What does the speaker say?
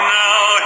now